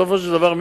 בסופו של דבר,